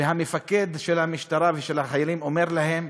והמפקד של המשטרה ושל החיילים אומר להם: